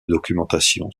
documentation